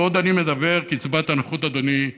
ועוד אני מדבר, קצבת הנכות, אדוני,